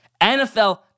NFL